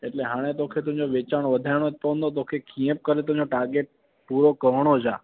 इसलिए हाणे तोखे तुंहिंजो वेचारणो वधाइणो पवंदो तोखे कीअं करे तुंहिंजो टारगेट पूरो करणो हुजा